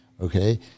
okay